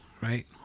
right